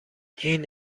این